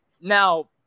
Now